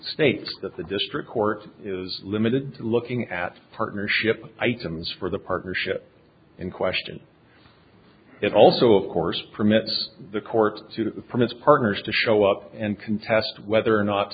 states that the district court is limited looking at partnership items for the partnership in question it also of course permits the court from its partners to show up and contest whether or not